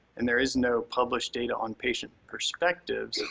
and there is no published data on patient perspectives,